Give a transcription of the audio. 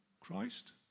Christ